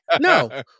No